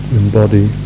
embody